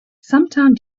sometime